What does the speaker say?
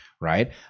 right